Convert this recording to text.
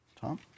Tom